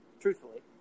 truthfully